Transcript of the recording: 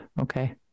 Okay